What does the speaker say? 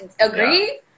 Agree